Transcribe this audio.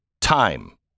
time